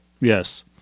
Yes